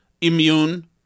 immune